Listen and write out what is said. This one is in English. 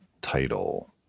title